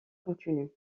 continue